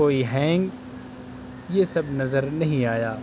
کوئی ہینگ یہ سب نظر نہیں آیا